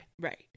right